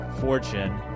fortune